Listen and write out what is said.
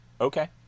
Okay